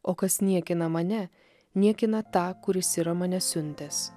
o kas niekina mane niekina tą kuris yra mane siuntęs